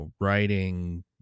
writing